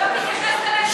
שלא מתייחסת אליהם ככה.